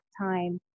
time